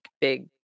big